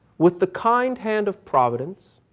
with the kind hand of providence,